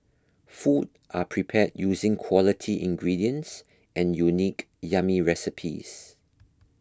food are prepared using quality ingredients and unique yummy recipes